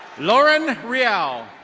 lauren rial.